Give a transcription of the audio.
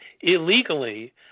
illegally